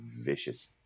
vicious